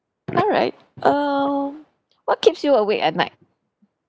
alright err what keeps you awake at night